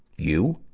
you?